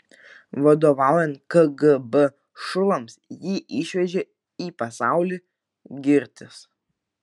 vadovaujant kgb šulams jį išvežė į pasaulį girtis